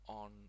on